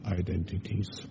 identities